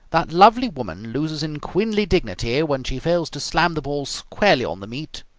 that lovely woman loses in queenly dignity when she fails to slam the ball squarely on the meat?